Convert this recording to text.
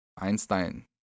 Einstein